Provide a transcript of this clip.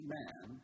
man